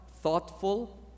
thoughtful